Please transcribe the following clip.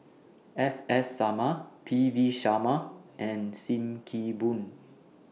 S S Sarma P V Sharma and SIM Kee Boon